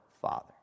father